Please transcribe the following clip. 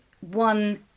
one